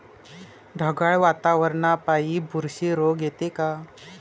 ढगाळ वातावरनापाई बुरशी रोग येते का?